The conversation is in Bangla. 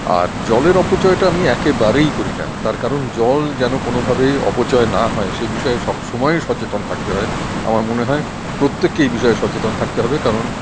আর জলের অপচয়টা আমি একেবারেই করি না তার কারণ জল যেনো কোনোভাবে অপচয় না হয় সেই বিষয়ে সবসময় সচেতন থাকতে হয় আমার মনে হয় প্রত্যেককেই এই বিষয়ে সচেতন থাকতে হবে কারণ